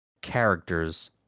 characters